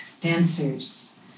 dancers